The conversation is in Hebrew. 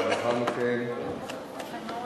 בבקשה, אדוני,